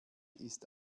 ist